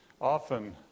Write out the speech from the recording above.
often